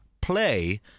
play